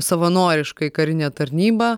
savanoriškai į karinę tarnybą